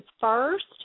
first